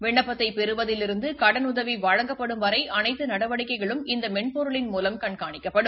விண்ணப்பத்தை பெறுவதிலிருந்து கடனுதவி வழங்கப்படும் வரை அனைத்து நடவடிக்கைகளும் இந்த மென்பொருளின் மூலம் கண்காணிக்கப்படும்